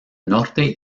norte